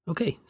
Okay